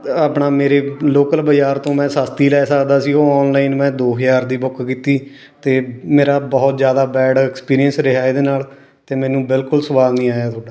ਆਪਣਾ ਮੇਰੇ ਲੋਕਲ ਬਾਜ਼ਾਰ ਤੋਂ ਮੈਂ ਸਸਤੀ ਲੈ ਸਕਦਾ ਸੀ ਉਹ ਔਨਲਾਈਨ ਮੈਂ ਦੋ ਹਜ਼ਾਰ ਦੀ ਬੁੱਕ ਕੀਤੀ ਅਤੇ ਮੇਰਾ ਬਹੁਤ ਜ਼ਿਆਦਾ ਬੈਡ ਐਕਸਪੀਰੀਅੰਸ ਰਿਹਾ ਇਹਦੇ ਨਾਲ ਅਤੇ ਮੈਨੂੰ ਬਿਲਕੁਲ ਸਵਾਦ ਨਹੀਂ ਆਇਆ ਤੁਹਾਡਾ